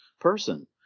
person